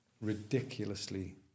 ridiculously